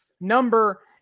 Number